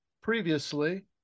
previously